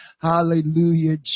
Hallelujah